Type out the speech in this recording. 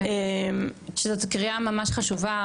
שזו קריאה ממש חשובה,